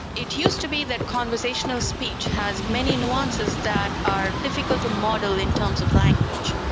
it used to be that conversational speech has many nuances that are difficult to model in terms of language,